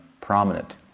prominent